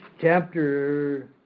chapter